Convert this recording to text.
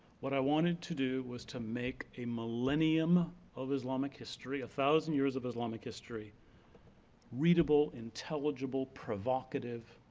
what i wanted to do was to make a millennium of islamic history, a thousand years of islamic history readable, intelligible, provocative,